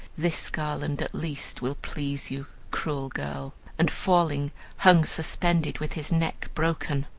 this garland at least will please you, cruel girl and falling hung suspended with his neck broken.